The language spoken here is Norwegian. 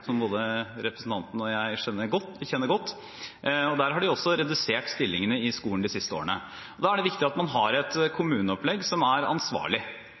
som både representanten og jeg kjenner godt. Der har de også redusert antall stillinger i skolen de siste årene. Da er det viktig å ha et kommuneopplegg som er ansvarlig,